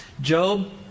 Job